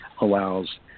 allows